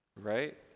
Right